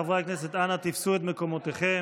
חברי הכנסת, אנא תפסו את מקומותיכם.